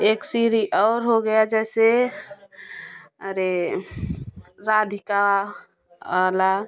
एक सिरी और हो गया जैसे अरे राधिका वाला